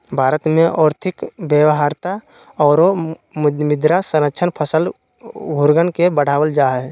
भारत में और्थिक व्यवहार्यता औरो मृदा संरक्षण फसल घूर्णन के बढ़ाबल जा हइ